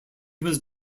was